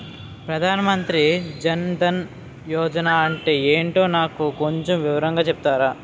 ప్రధాన్ మంత్రి జన్ దన్ యోజన అంటే ఏంటో నాకు కొంచెం వివరంగా చెపుతారా?